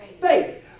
faith